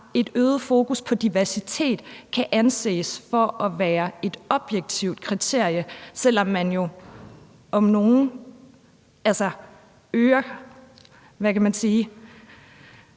et øget fokus på diversitet kan anses for at være et objektivt kriterie, selv om man om nogen forskelsbehandler dem,